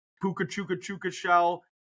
puka-chuka-chuka-shell